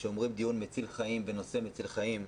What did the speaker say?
כשאומרים דיון מציל חיים ונושא מציל חיים,